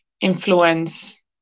influence